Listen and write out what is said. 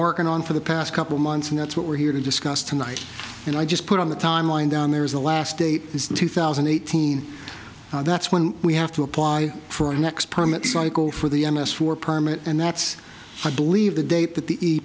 working on for the past couple months and that's what we're here to discuss tonight and i just put on the timeline down there is the last date two thousand and eighteen that's when we have to apply for our next permit cycle for the n s for permit and that's i believe the date th